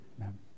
Amen